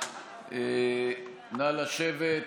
נא לשבת.